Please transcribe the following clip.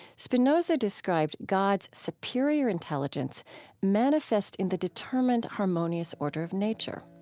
spinoza described god's superior intelligence manifest in the determined harmonious order of nature.